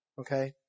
Okay